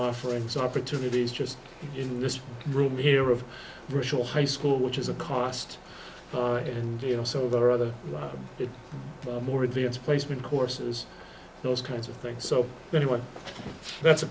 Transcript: offerings opportunities just in this room here of ritual high school which is a cost and you know some of that or other more advanced placement courses those kinds of things so anyway that's a